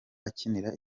akinira